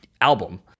album